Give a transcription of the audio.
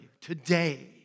today